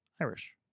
Irish